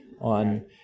on